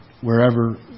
wherever